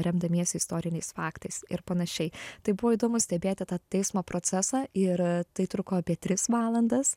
remdamiesi istoriniais faktais ir panašiai tai buvo įdomu stebėti tą teismo procesą ir tai truko apie tris valandas